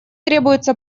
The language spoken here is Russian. требуется